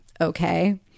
Okay